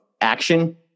action